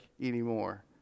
anymore